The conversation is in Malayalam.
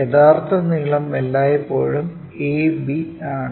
യഥാർത്ഥ നീളം എല്ലായ്പ്പോഴും ab ആണ്